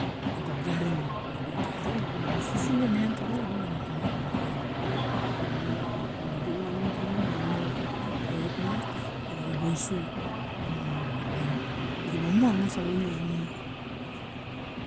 Na go garin, na go garin, mi susu lo nian karen lamun, ga kamap maran. Ne miang op ma auk dudugu ma mon tano ma na viniro o pa e ot me ribe usu op op miang, dira ba mu angas a vaine lamun.